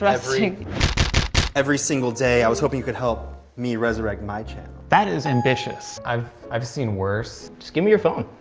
every every single day. i was hoping you could help me resurrect my channel that is ambitious. i've i've seen worse just give me your phone.